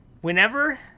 Whenever